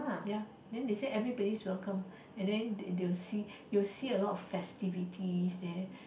ya then they say everybody welcome and then they they will see they will see a lot of facilities there